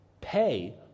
Pay